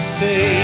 say